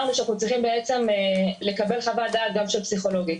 שאנחנו צריכים בעצם לקבל חוות דעת של פסיכולוגית.